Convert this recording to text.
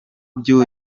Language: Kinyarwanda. byo